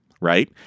right